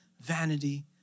vanity